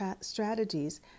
strategies